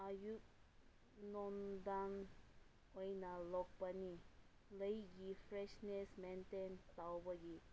ꯑꯌꯨꯛ ꯅꯨꯃꯤꯗꯥꯡ ꯑꯣꯏꯅ ꯂꯣꯛꯄꯅꯤ ꯂꯩꯒꯤ ꯐ꯭ꯔꯦꯁꯅꯦꯁ ꯃꯦꯟꯇꯦꯟ ꯇꯧꯕꯒꯤ